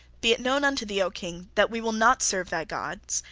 be it known unto thee, o king, that we will not serve thy gods,